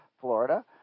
Florida